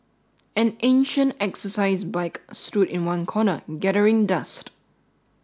an ancient exercise bike stood in one corner gathering dust